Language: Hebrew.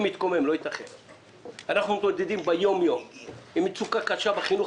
אנחנו מתמודדים ביום-יום עם מצוקה קשה בחינוך